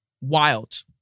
Wild